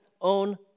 own